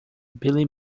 billy